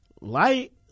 light